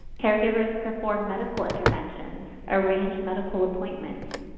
caregivers perform medical interventions, arrange medical appointments,